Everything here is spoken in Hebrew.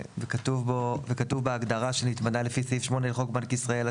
וכתוב בה "נתמנה לפי סעיף 8 לחוק בנק ישראל,